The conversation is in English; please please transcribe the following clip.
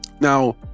Now